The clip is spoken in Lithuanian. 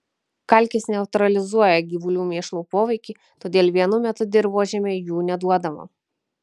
kalkės neutralizuoja gyvulių mėšlo poveikį todėl vienu metu dirvožemiui jų neduodama